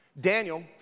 Daniel